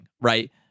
right